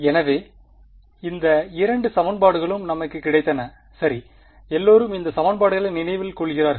எனவே இந்த இரண்டு சமன்பாடுகளும் நமக்கு கிடைத்தன சரி எல்லோரும் இந்த சமன்பாடுகளை நினைவில் கொள்கிறார்கள்